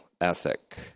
ethic